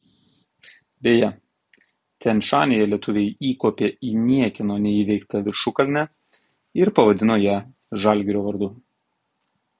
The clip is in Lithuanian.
beje tian šanyje lietuviai įkopė į niekieno neįveiktą viršukalnę ir pavadino ją žalgirio vardu